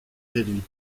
réduits